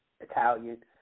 Italian